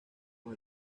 con